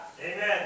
amen